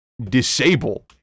Disable